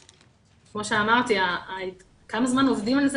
כמו שאמרתי, כמה זמן עובדים על זה?